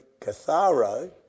catharo